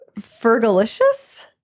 Fergalicious